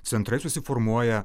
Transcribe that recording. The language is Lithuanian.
centrai susiformuoja